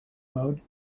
mode